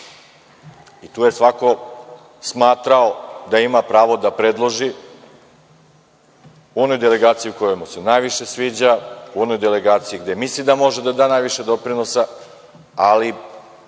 i tu je svako smatrao da ima pravo da predloži u onu delegaciju koja mu se najviše sviđa, u onoj delegaciji gde može da da najviše doprinosa, ali